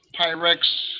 Pyrex